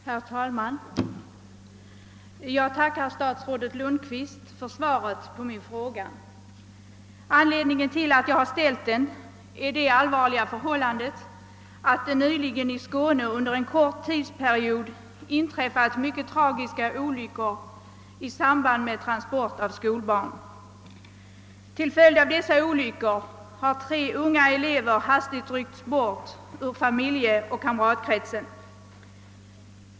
Herr talman! Jag tackar statsrådet Lundkvist för svaret på min fråga. Anledningen till att jag ställde den är det allvarliga förhållandet att det nyligen i Skåne under en kort tidsperiod inträffat flera mycket tragiska olyckor i samband med transporter av skolbarn. Genom dessa olyckor har tre unga elever hastigt ryckts bort ur familjeoch kamratkretsen.